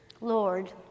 Lord